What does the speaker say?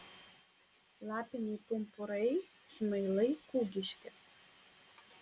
lapiniai pumpurai smailai kūgiški